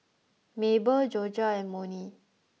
Mable Jorja Monnie